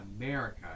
America